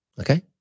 okay